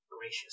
gracious